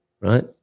right